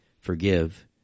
forgive